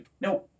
no